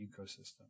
ecosystem